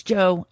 Joe